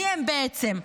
מיהם בעצם?